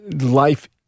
life